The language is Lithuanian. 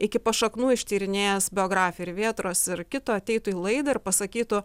iki pašaknų ištyrinėjęs biografiją ir vėtros ir kito ateitų į laidą ir pasakytų